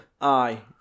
Aye